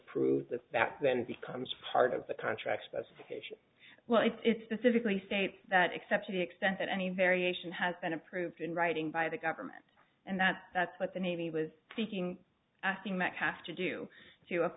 approved the fact then becomes part of the contract specification well it's specifically states that except to the extent that any variation has been approved in writing by the government and that that's what the navy was seeking asking might have to do